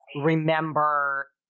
remember